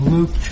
Luke